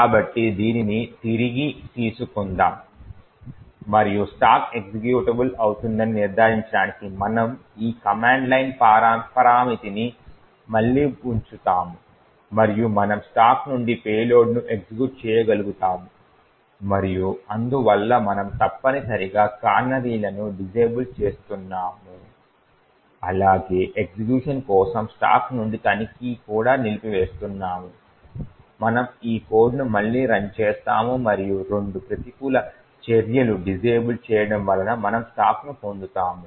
కాబట్టి దీనిని తిరిగి తీసుకుందాం మరియు స్టాక్ ఎక్జిక్యూటబుల్ అవుతుందని నిర్ధారించడానికి మనము ఈ కమాండ్ లైన్ పరామితిని మళ్ళీ ఉంచుతాము మరియు మనము స్టాక్ నుండి పేలోడ్ను ఎగ్జిక్యూట్ చేయగలుగుతాము మరియు అందువల్ల మనము తప్పనిసరిగా కానరీలను డిసేబుల్ చేస్తున్నాము అలాగే ఎగ్జిక్యూషన్ కోసం స్టాక్ నుండి తనిఖీని కూడా నిలిపివేస్తున్నాము మనము ఈ కోడ్ను మళ్లీ రన్ చేస్తాము మరియు రెండు ప్రతికూల చర్యలు డిసేబుల్ చేయడం వలన మనము స్టాక్ను పొందాము